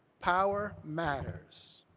power matters.